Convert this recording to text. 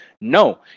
No